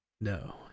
No